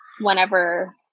whenever